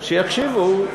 שיקשיבו.